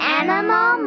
animal